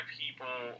people